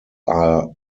are